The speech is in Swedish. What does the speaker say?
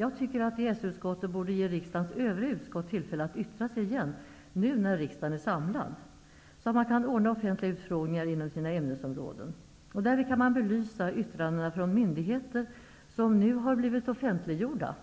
Jag tycker att EES-utskottet borde ge riksdagens övriga utskott tillfälle att yttra sig igen, nu när riksdagen är samlad, så att de kan ordna offentliga utfrågningar inom sina ämnesområden. Därvid kan man belysa yttranden från myndigheter som nu har blivit offentliggjorda